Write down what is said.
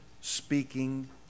speaking